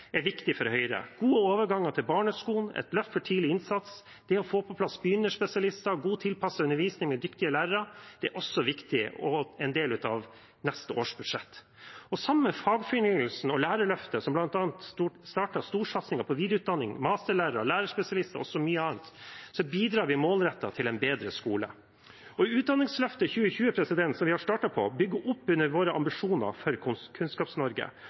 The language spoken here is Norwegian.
viktig for Høyre. Gode overganger til barneskolen, et løft for tidlig innsats, det å få på plass begynnerspesialister og god, tilpasset undervisning med dyktige lærere er også viktig og en del av neste års budsjett. Sammen med fagfornyelsen og lærerløftet, som bl.a. startet storsatsingen på videreutdanning, masterlærere, lærerspesialister og mye annet, bidrar vi målrettet til en bedre skole. Utdanningsløftet 2020, som vi har startet på, bygger opp under våre ambisjoner for